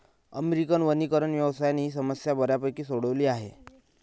American वनीकरण व्यवसायाने ही समस्या बऱ्यापैकी सोडवली आहे